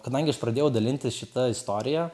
kadangi aš pradėjau dalintis šita istorija